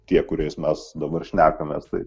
tie kuriais mes dabar šnekamės tai